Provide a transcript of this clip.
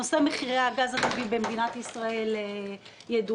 נושא מחירי הגז הטבעי במדינת ישראל ידוע,